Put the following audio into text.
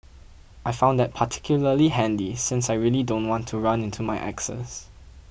I found that particularly handy since I really don't want to run into my exes